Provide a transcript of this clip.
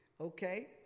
okay